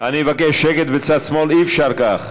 אני מבקש שקט בצד שמאל, אי-אפשר כך.